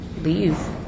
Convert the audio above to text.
leave